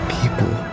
people